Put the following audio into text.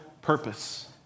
purpose